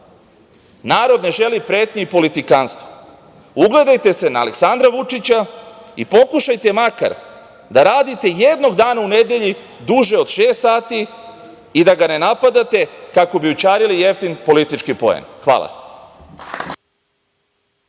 laži. Narod ne želi pretnje i politikanstvo. Ugledajte se na Aleksandra Vučića, i pokušajte makar da radite jednog dana u nedelji duže od šest sati i da ga ne napadate, kako bi ućarili jeftin politički pojen. Hvala.